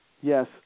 yes